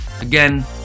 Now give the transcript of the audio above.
Again